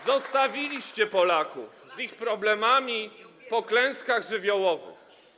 Zostawiliście Polaków z ich problemami po klęskach żywiołowych.